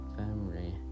family